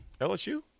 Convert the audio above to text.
LSU